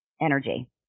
energy